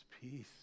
peace